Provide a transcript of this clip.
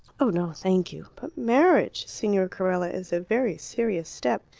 oh, no, thank you! but marriage, signor carella, is a very serious step.